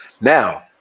now